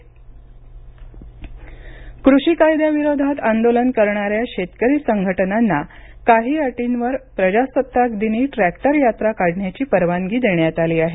शेतकरी ट्रॅक्टर यात्रा कृषी कायद्या विरोधात आंदोलन करणाऱ्या शेतकरी संघटनांना काही अटींवर प्रजासत्ताक दिनी ट्रॅक्टर यात्रा काढण्याची परवानगी देण्यात आली आहे